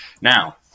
Now